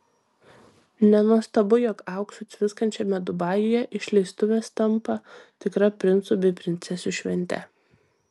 nenuostabu jog auksu tviskančiame dubajuje išleistuvės tampa tikra princų bei princesių švente